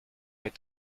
est